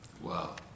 Wow